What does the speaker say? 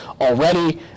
already